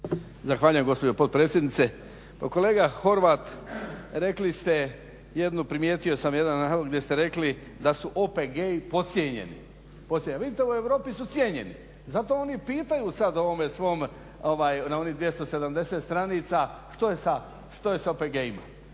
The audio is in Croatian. Zahvaljujem gospođo potpredsjednice. Pa kolega Horvat, rekli ste jednu, primijetio sam jedan navod gdje ste rekli da su OPG-i podcijenjeni a vidite u Europi su cijenjeni. Zato oni pitaju sada ovome svome, na nih 270 stranica što je sa OPG-ima.